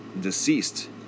deceased